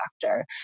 doctor